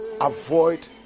avoid